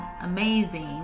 amazing